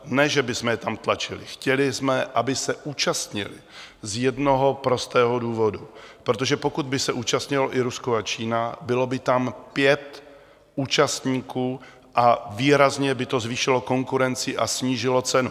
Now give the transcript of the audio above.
Ne že bychom je tam tlačili, chtěli jsme, aby se účastnili z jednoho prostého důvodu, protože pokud by se účastnilo i Rusko a Čína, bylo by tam pět účastníků a výrazně by to zvýšilo konkurenci a snížilo cenu.